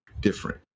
different